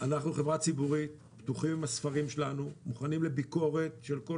אנחנו חברה ציבורית פתוחים בסבבים שלנו מוכנים לביקורת של כל